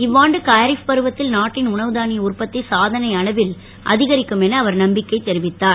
இவ்வாண்டு காரீஃப் பருவத்தில் நாட்டின் உணவு தானிய உற்பத்தி சாதனை அளவில்அதிகரிக்கும் என அவர் நம்பிக்கை வெளியிட்டார்